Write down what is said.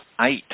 eight